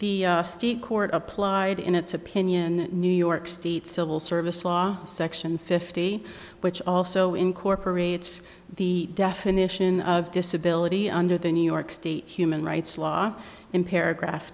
the state court applied in its opinion new york state's civil service law section fifty which also incorporates the definition of disability under the new york state human rights law in paragraph